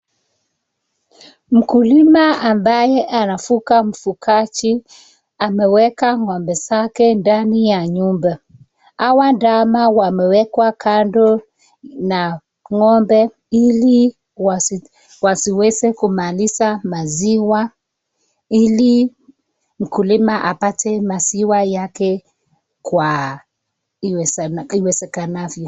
Mkulima ambaye anafuga mifugaji ameweka ng'ombe zake ndani ya nyumba. Hawa ndama wamewekwa kando na ng'ombe ili wasiweze kumaliza maziwa ili mkulima apate maziwa yake kwa iwezekanavyo.